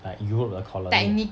like europe 的 colony